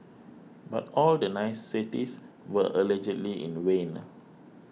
but all the niceties were allegedly in the vain